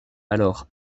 alors